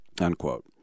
unquote